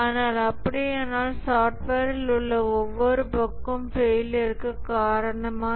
ஆனால் அப்படியானால் சாஃப்ட்வேரில் உள்ள ஒவ்வொரு பஃக்கும் ஃபெயிலியர்க்கு காரணமா